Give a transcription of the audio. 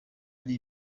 ari